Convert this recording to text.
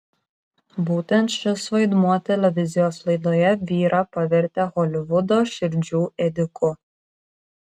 būtent šis vaidmuo televizijos laidoje vyrą pavertė holivudo širdžių ėdiku